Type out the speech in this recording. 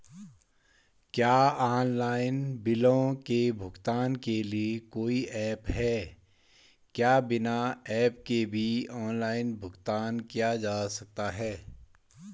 क्या ऑनलाइन बिलों के भुगतान के लिए कोई ऐप है क्या बिना ऐप के भी ऑनलाइन भुगतान किया जा सकता है?